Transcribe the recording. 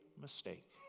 mistake